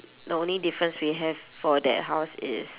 the only difference we have for that house is